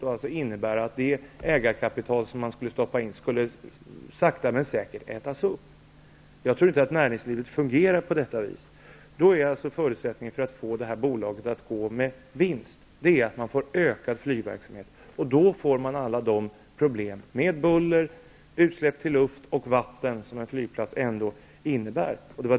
Det skulle ju innebära att det ägarkapital man stoppar in sakta men säkert äts upp. Jag tror inte att näringslivet fungerar på detta vis. Förutsättningen för att få detta bolag att gå med vinst är att man får ökad flygverksamhet. Då får man alla de problem med buller, utsläpp i luft och vatten som en flygplats innebär.